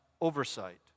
oversight